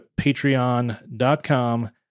patreon.com